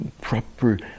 proper